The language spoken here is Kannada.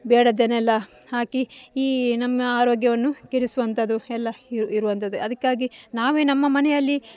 ಬೇಡದ್ದನ್ನೆಲ್ಲ ಹಾಕಿ ಈ ನಮ್ಮ ಆರೋಗ್ಯವನ್ನು ಕೆಡಿಸುವಂತದ್ದು ಎಲ್ಲ ಇರುವಂತದ್ದೆ ಅದಕ್ಕಾಗಿ ನಾವೇ ನಮ್ಮ ಮನೆಯಲ್ಲಿ